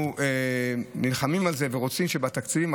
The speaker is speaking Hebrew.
אנחנו נלחמים על זה ורוצים תקציבים.